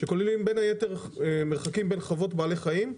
שכוללים בין היתר מרחקים בין חוות בעלי חיים,